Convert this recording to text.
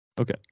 Okay